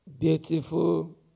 beautiful